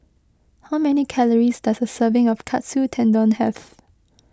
how many calories does a serving of Katsu Tendon have